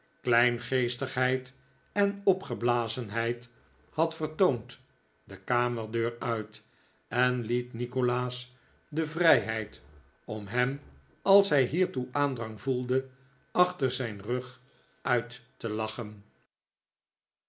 kleingeestigheid en opgeblazenheid had vertoond de kamerdeur uit en liet nikolaas de vrijheid om hem als hij hiertoe aandrang voelde achter zijn rug uit te lachen